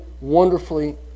wonderfully